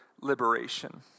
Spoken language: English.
liberation